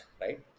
right